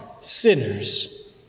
sinners